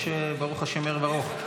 יש, ברוך השם, ערב ארוך.